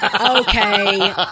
Okay